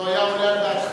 לא היה עולה על דעתכם.